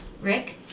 Rick